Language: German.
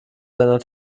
seiner